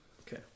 okay